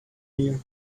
here